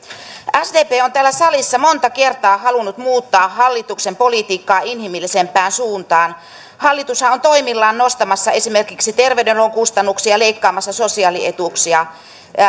sdp on täällä salissa monta kertaa halunnut muuttaa hallituksen politiikkaa inhimillisempään suuntaan hallitushan on toimillaan nostamassa esimerkiksi terveydenhuollon kustannuksia ja leikkaamassa sosiaalietuuksia